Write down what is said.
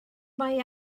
mae